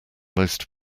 most